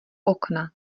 okna